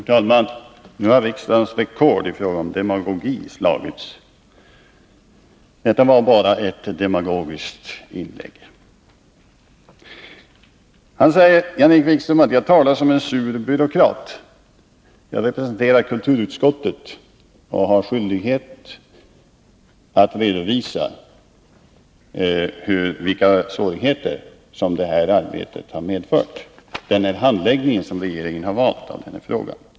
Herr talman! Nu har riksdagens rekord i fråga om demagogi slagits. Detta var bara ett demagogiskt inlägg. Jan-Erik Wikström säger att jag talar som en sur byråkrat. Jag representerar kulturutskottet och har skyldighet att redovisa vilka svårigheter som har uppstått genom den handläggning av den här frågan regeringen har valt.